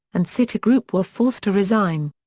and citigroup were forced to resign.